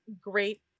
great